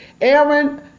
Aaron